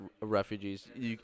refugees